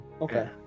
Okay